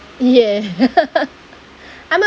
yeah I'm a